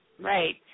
Right